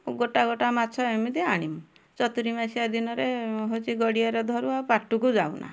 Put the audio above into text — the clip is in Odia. ଗୋଟା ଗୋଟା ମାଛ ଏମିତି ଆଣିମୁ ଚତୁରି ମାସିଆ ଦିନରେ ହେଉଛି ଗଡ଼ିଆରେ ଧରୁ ଆଉ ପାଟକୁ ଯାଉନା